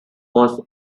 was